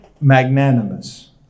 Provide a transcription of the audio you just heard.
magnanimous